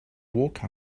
walk